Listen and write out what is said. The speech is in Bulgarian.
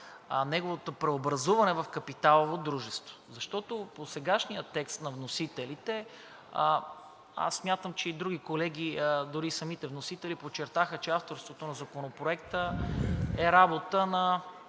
неговото преобразуване в капиталово дружество, защото в досегашния текст на вносителите – аз смятам, че и други колеги, дори самите вносители подчертаха, че авторството на Законопроекта е работа на